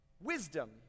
wisdom